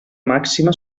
màxima